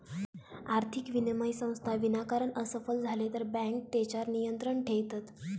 आर्थिक विनिमय संस्था विनाकारण असफल झाले तर बँके तेच्यार नियंत्रण ठेयतत